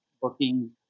Booking